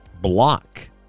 block